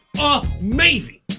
amazing